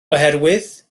oherwydd